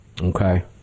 Okay